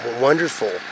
wonderful